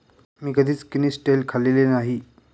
मी कधीच किनिस्टेल खाल्लेले नाही